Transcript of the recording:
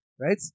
Right